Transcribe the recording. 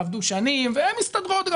הן עבדו שנים והן מסתדרות.